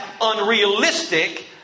unrealistic